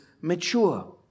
mature